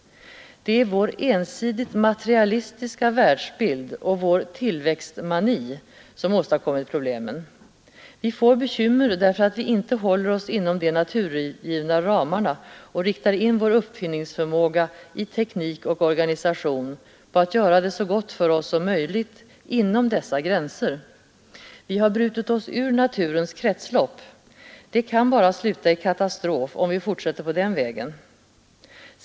Det är vår ensidigt materialistiska världsbild och vår tillväxtmani som har åstadkommit problemen. Vi får bekymmer därför att vi inte håller oss inom de naturgivna ramarna och riktar in vår uppfinningsförmåga när det gäller teknik och organisation på att göra det så gott för oss som möjligt inom dessa gränser. Vi har brutit oss ur naturens kretslopp. Det kan bara sluta i katastrof om vi fortsätter på den vägen.